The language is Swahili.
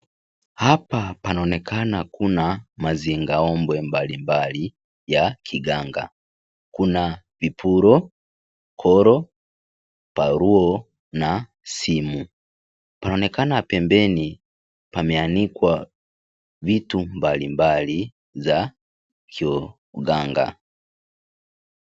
Hapa panaonekana kuwa pana mazingaombwe mbalimbali, ya kiganga. kuna vipuro, koro, taulo na simu. Panaonekana kwa mbali pameanikwa vitu mbalimbali, za kiuganga.